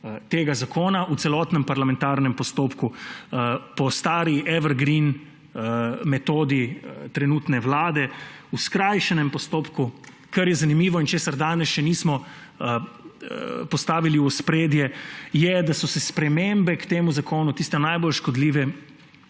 tega zakona v celotnem parlamentarnem postopku −po stari evergrin metodi trenutne vlade − v skrajšanem postopku. Kar je zanimivo in česar danes še nismo postavili v ospredje, je, da so se spremembe k temu zakonu, tiste najbolj škodljive,